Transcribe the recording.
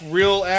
real